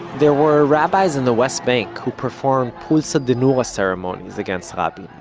there were rabbis in the west bank who performed pulsa denora ah ceremonies against rabin,